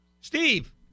Steve